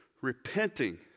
repenting